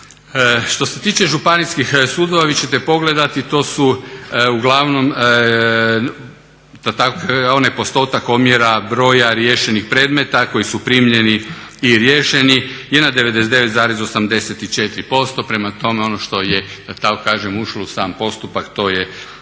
Što se tiče županijskih sudova vi ćete pogledati to su uglavnom onaj postotak omjera broja riješenih predmeta koji su primljeni i riješeni je na 99,84%. Prema tome, ono što je da tako kažem ušlo u sam postupak to je i